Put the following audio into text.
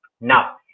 now